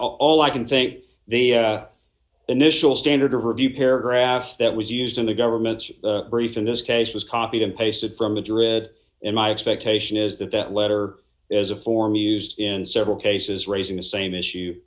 all i can think the initial standard of review paragraph that was used in the government's brief in this case was copied and pasted from madrid and my expectation is that that letter is a form used in several cases raising the same issue